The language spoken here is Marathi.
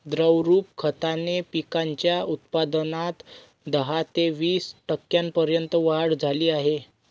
द्रवरूप खताने पिकांच्या उत्पादनात दहा ते वीस टक्क्यांपर्यंत वाढ झाली आहे